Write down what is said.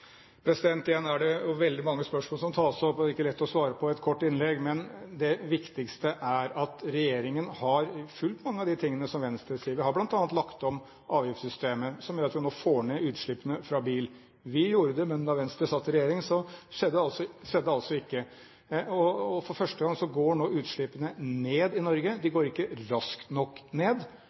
Igjen er det veldig mange spørsmål som tas opp og som ikke er lett å svare på i et kort innlegg, men det viktigste er at regjeringen har gjort mange av de tingene som Venstre nevner. Vi har bl.a. lagt om avgiftssystemet som gjør at vi nå får ned utslippene fra bil. Vi gjorde det, men da Venstre satt i regjering, skjedde det altså ikke. For første gang går nå utslippene ned i Norge. De går ikke raskt nok ned.